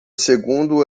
segundo